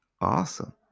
awesome